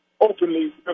openly